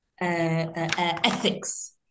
ethics